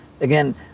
again